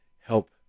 help